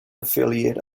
affiliate